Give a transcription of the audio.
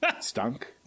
stunk